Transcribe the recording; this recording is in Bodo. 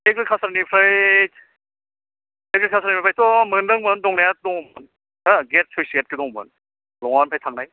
एग्रिकाल्सारनिफ्राय एग्रिकाल्सारनिफ्रायथ' मोनदोंमोन दंनाया दंमोन गेट सुइस गेट दंमोन लङानिफ्राय थांनाय